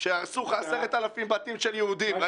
ראינו כשהם הרסו 10,000 בתים של יהודים.